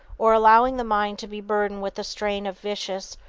or allowing the mind to be burdened with the strain of vicious,